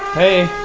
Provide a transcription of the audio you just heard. hey